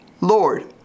Lord